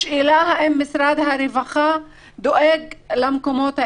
השאלה אם משרד הרווחה דואג למקומות האלה.